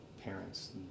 parents